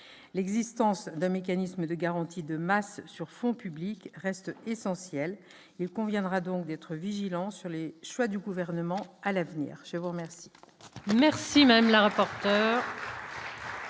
l'existence de mécanismes de garantie de masse sur fonds publics reste essentiel il conviendra donc d'être vigilant sur les choix du gouvernement à l'avenir, je vous remercie.